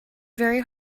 very